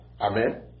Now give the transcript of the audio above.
Amen